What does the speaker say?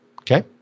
Okay